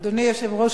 אדוני היושב-ראש,